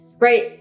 right